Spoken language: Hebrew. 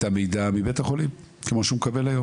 המידע מבית החולים כמו שהוא מקבל היום.